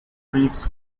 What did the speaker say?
treats